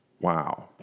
wow